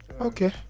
Okay